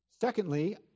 Secondly